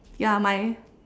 ya my